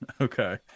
Okay